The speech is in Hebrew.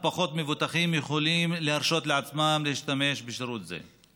ופחות מבוטחים יכולים להרשות לעצמם להשתמש בשירות זה.